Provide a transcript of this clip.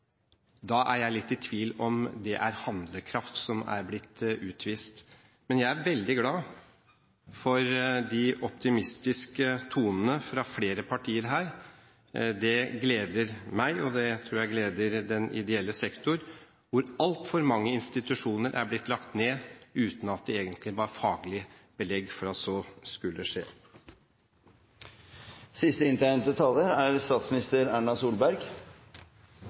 Da er jeg litt i tvil om det er handlekraft som er blitt utvist. Men jeg er veldig glad for de optimistiske tonene fra flere partier her. Det gleder meg, og det tror jeg gleder den ideelle sektor, hvor altfor mange institusjoner er blitt lagt ned uten at det egentlig var faglig belegg for at så skulle skje.